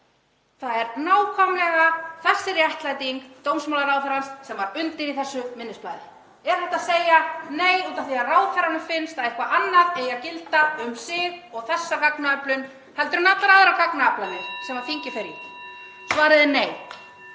Það er nákvæmlega þessi réttlæting dómsmálaráðherrans sem var undir í þessu minnisblaði. Er hægt að segja nei af því að ráðherranum finnst að eitthvað annað eigi að gilda um hann og þessa gagnaöflun heldur en allar aðrar gagnaaflanir sem þingið fer í? (Forseti